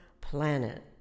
planet